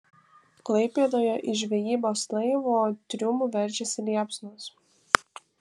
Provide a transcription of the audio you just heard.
klaipėdoje iš žvejybos laivo triumų veržėsi liepsnos